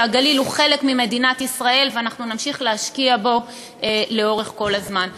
שהגליל הוא חלק ממדינת ישראל ושאנחנו נמשיך להשקיע בו כל הזמן.